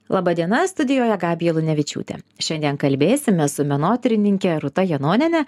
laba diena studijoje gabija lunevičiūtė šiandien kalbėsime su menotyrininke rūta janoniene